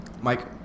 Mike